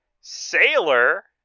Sailor